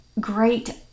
great